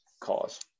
cause